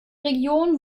region